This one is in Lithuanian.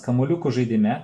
kamuoliukų žaidime